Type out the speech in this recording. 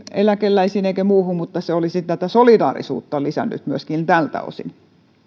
eläkeläisiä eikä muita mutta se olisi solidaarisuutta lisännyt myöskin tältä osin